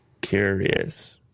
Curious